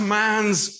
man's